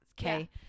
okay